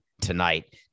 tonight